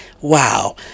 Wow